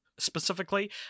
specifically